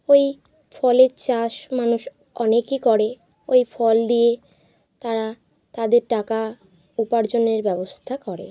ওই ফলের চাষ মানুষ অনেকে করে ওই ফল দিয়ে তারা তাদের টাকা উপার্জনের ব্যবস্থা করে